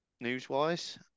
news-wise